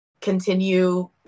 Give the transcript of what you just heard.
continue